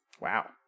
wow